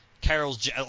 Carol's